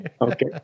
okay